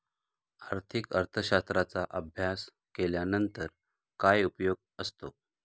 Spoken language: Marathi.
आर्थिक अर्थशास्त्राचा अभ्यास केल्यानंतर काय उपयोग असतो?